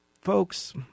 folks